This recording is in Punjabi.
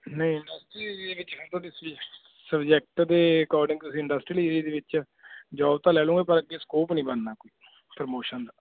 ਸਬਜੈਕਟ ਦੇ ਅਕੋਰਡਿੰਗ ਤੁਸੀਂ ਇੰਡਸਟਰੀਅਲ ਏਰੀਏ ਦੇ ਵਿੱਚ ਜੋਬ ਤਾਂ ਲੈ ਲਓਂਗੇ ਪਰ ਅੱਗੇ ਸਕੋਪ ਨਹੀਂ ਬਣਨਾ ਕੋਈ ਪ੍ਰਮੋਸ਼ਨ ਦਾ